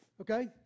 Okay